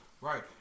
Right